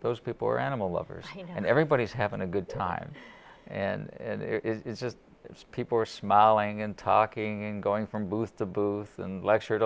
those people are animal lovers and everybody's having a good time and it's just it's people are smiling and talking and going from both the booths and lecture